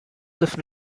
left